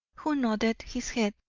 who nodded his head.